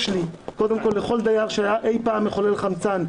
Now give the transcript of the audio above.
לכל דייר שהיה אי פעם מחולל חמצן,